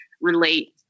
relate